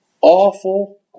awful